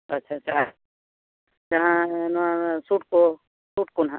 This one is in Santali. ᱟᱪᱪᱷᱟ ᱟᱪᱪᱷᱟ ᱡᱟᱦᱟᱸ ᱱᱚᱣᱟ ᱥᱩᱴ ᱠᱚ ᱥᱩᱴ ᱠᱚ ᱱᱟᱦᱟᱜ